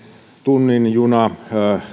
tunnin juna